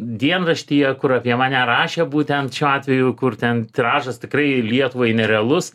dienraštyje kur apie mane rašė būtent šiuo atveju kur ten tiražas tikrai lietuvai nerealus